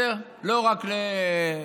לא רק להבדלים.